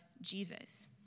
Jesus